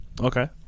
Okay